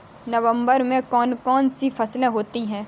नवंबर में कौन कौन सी फसलें होती हैं?